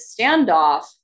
standoff